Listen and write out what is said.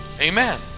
Amen